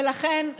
ולכן,